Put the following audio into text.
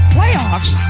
Playoffs